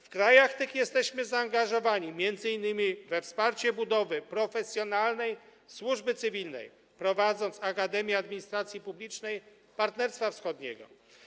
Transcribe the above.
W krajach tych jesteśmy zaangażowani m.in. we wsparcie budowy profesjonalnej służby cywilnej, prowadząc Akademię Administracji Publicznej Partnerstwa Wschodniego.